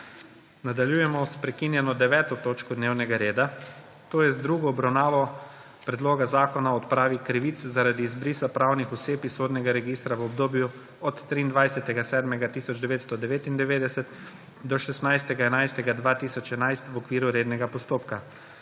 Nadaljujemo s prekinjeno 9. točko dnevnega reda, to je z drugo obravnavo Predloga zakona o odpravi krivic zaradi izbrisa pravnih oseb iz sodnega registra v obdobju od 23. 7. 1999 do 16. 11. 2011 v okviru rednega postopka.